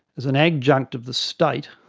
as an adjunct of the state,